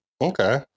Okay